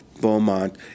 Beaumont